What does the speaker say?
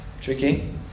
tricky